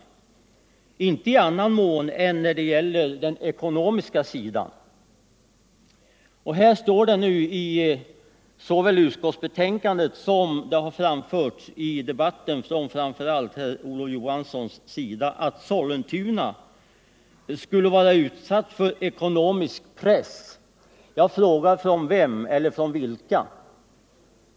Det kan inte ske i annan mån än vad som gäller den ekonomiska sidan. Det står i utskottsbetänkandet och det har sagts i debatten, framför allt av herr Olof Johansson, att Sollentuna skulle vara utsatt för ekonomisk press. Jag frågar: Från vem eller från vilka?